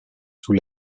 sous